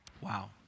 Wow